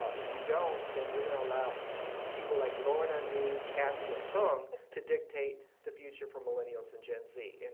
ah if you don't, then you're going to allow people like lorna, me kathy, and tung to dictate the future for millennials and gen z. and